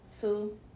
two